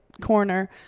corner